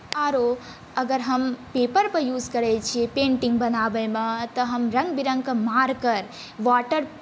आरो अगर हम पेपॉरक युज करै छी पेण्टिंग बनाबैमे तऽ हम रङ्ग विरङ्गके मार्कर वाटर